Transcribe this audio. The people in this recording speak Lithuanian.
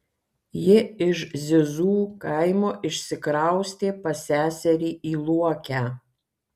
ji iš zizų kaimo išsikraustė pas seserį į luokę